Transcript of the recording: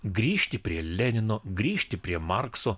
grįžti prie lenino grįžti prie markso